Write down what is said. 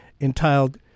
entitled